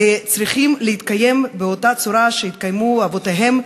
צריכים להתקיים באותה צורה שהתקיימו אבותיהם,